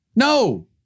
No